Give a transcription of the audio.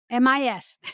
MIS